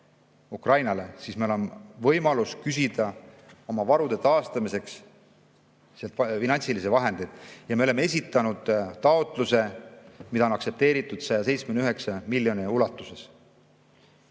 Ukrainale, on meil võimalus küsida oma varude taastamiseks finantsilisi vahendeid. Me oleme esitanud taotluse, mida on aktsepteeritud, 179 miljoni ulatuses.